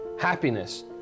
happiness